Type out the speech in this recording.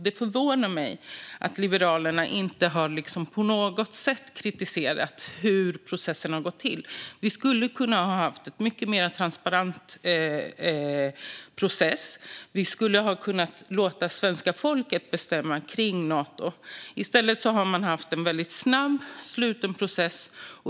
Det förvånar mig att Liberalerna inte på något sätt har kritiserat hur processen har gått till. Vi kunde ha haft en mycket mer transparent process. Vi kunde ha låtit svenska folket bestämma om Nato. I stället har vi haft en väldigt snabb, sluten process.